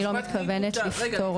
אני לא מתכוונת לפתור אותה.